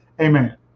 amen